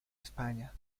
españa